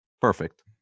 Perfect